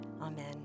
Amen